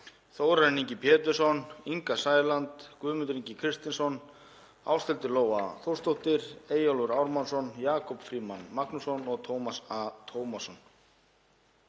Þórarinn Ingi Pétursson, Inga Sæland, Guðmundur Ingi Kristinsson, Ásthildur Lóa Þórsdóttir, Eyjólfur Ármannsson, Jakob Frímann Magnússon og Tómas A. Tómasson.